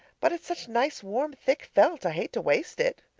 but it's such nice, warm, thick felt, i hate to waste it.